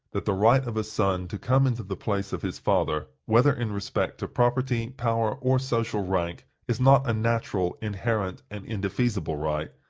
that the right of a son to come into the place of his father, whether in respect to property, power, or social rank, is not a natural, inherent, and indefeasible right,